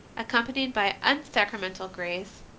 accompanied by unsacramental grace,